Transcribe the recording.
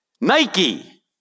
Nike